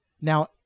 Now